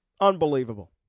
unbelievable